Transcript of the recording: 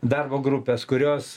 darbo grupės kurios